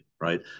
right